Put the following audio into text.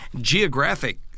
geographic